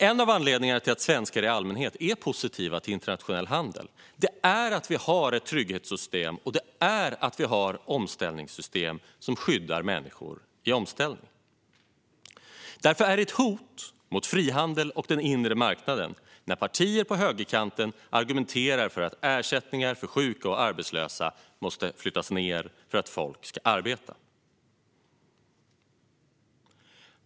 En av anledningarna till att svenskar i allmänhet är positiva till internationell handel är att vi har trygghetssystem och omställningssystem som skyddar människor i omställning. Därför är det ett hot mot frihandel och den inre marknaden när partier på högerkanten argumenterar för att ersättningar till sjuka och arbetslösa måste flyttas ned för att folk ska arbeta.